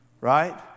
right